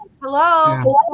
Hello